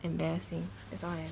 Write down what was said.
embarrassing as long as